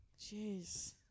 Jeez